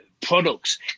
products